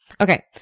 Okay